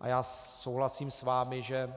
A já souhlasím s vámi, že